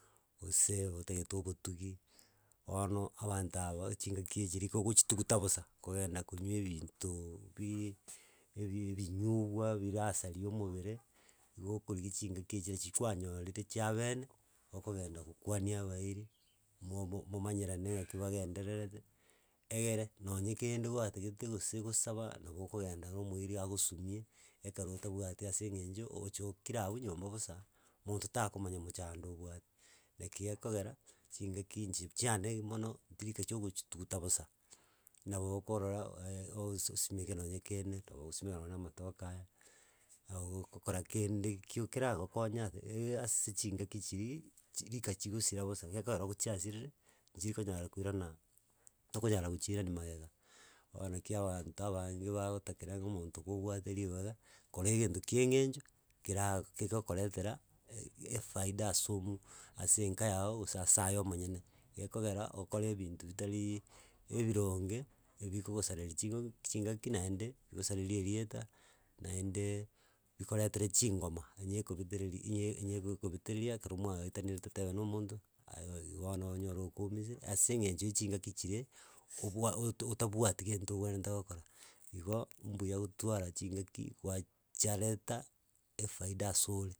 Gose igo otagete obotugi bono abanto aba bachingaki echiri ka ogochituguta bosa kogenda konywa ebintoooo biiii ebi ebinyugwa birasaria omobere, igo okorigi chingaki chiri kwanyorire chia beene, okogenda gokwania abairi, mo mo momanyerane ng'aki. bagendererete, egere nonye kende gwatagete gose gosaba nabo okogenda na omoiri agosumie ekero otabwati ase eng'encho ogochi kira abwo nyomba bosa, monto takomanya mochando obwate. Naki gekogera chingaki inche chiane eg mono, rigika chia ogo chituguta bosa, nabo okorora ooo osi osimeke nonye kende, nabo ogosimeka none na amatoke aya, nabo ogokora kende kio keragokonya athe eh ase chingaki chiria, chi rika chigosira bosa gekogera go chiasirire, nchikonyara koirana, tokonyara gochiirania magega. Bono naki abanto abange bagotakera ng'a omonto gobwate ribaga kora egento kia eng'encho, kera kegokoretera efaida asomu ase enkaa yago gose ase aye omonyene, gekogera okore ebinto bitari ebironge, ebigokosareri chigo chingaki naende, egosareri erieta, naendeeee bikoretere chingoma onye ekobetereri inye enye ego ekobetereria ekero mwagaetanire totebe na omonto, aye aye bono onyore okoumisire ase eng'encho ya chingaki chire obwa oto otabwati gento obwenerete gokora. Igo mbuya gotwara chingaki gwa chiareta efaida ase ore.